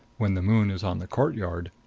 when the moon is on the courtyard,